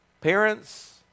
Parents